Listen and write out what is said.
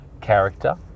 character